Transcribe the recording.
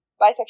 bisexual